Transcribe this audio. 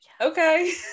okay